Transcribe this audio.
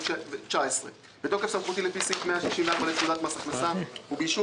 2019; בתוקף סמכותי לפי סעיף 164 לפקודת מס הכנסה ובאישור